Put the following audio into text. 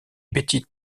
betty